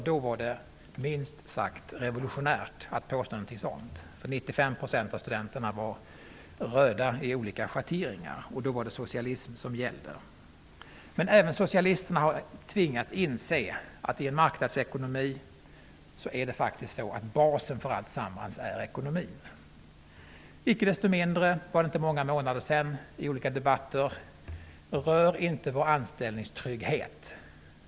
Det var minst sagt revolutionärt att påstå något sådant då, eftersom Då var det socialism som gällde. Även socialisterna har tvingats inse att basen för allting i en marknadsekonomi faktiskt är ekonomin. Icke desto mindre kunde man för inte så många månader sedan i olika debatter höra: Rör inte vår anställningstrygghet!